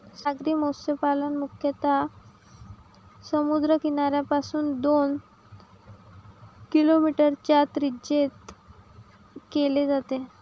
सागरी मत्स्यपालन मुख्यतः समुद्र किनाऱ्यापासून दोन किलोमीटरच्या त्रिज्येत केले जाते